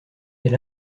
elle